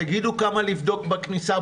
תגידו כמה לבדוק בכניסה,